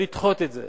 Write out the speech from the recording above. ולדחות את זה